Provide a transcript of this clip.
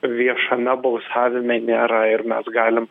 viešame balsavime nėra ir mes galim